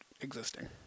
existing